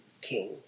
king